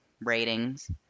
ratings